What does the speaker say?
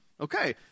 Okay